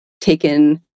taken